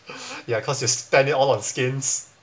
ya cause you spend it all on skins